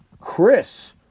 Chris